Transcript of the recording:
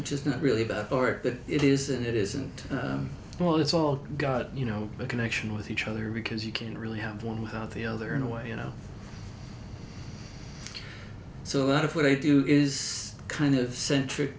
which is not really bad or that it isn't it isn't small it's all got you know a connection with each other because you can't really have one without the other in a way you know so a lot of what i do is kind of cent